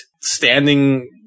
standing